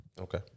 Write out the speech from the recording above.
Okay